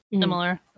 Similar